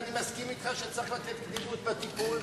ואני מסכים אתך שצריך לתת קדימות בטיפול,